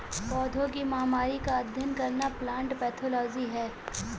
पौधों की महामारी का अध्ययन करना प्लांट पैथोलॉजी है